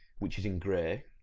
which is in grey,